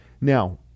Now